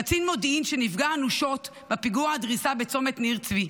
קצין מודיעין שנפגע אנושות בפיגוע הדריסה בצומת ניר צבי,